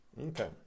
Okay